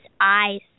eyes